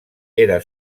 era